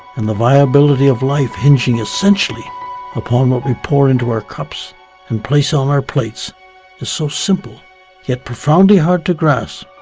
and the viability of life inching essentially upon what we pour into our cups and place on our plates is so simple yet profoundly hard to grasp,